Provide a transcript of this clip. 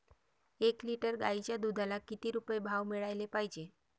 एक लिटर गाईच्या दुधाला किती रुपये भाव मिळायले पाहिजे?